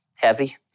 Heavy